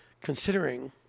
considering